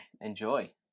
enjoy